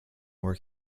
were